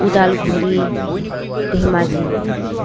Udalguri Dhemaji